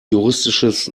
juristisches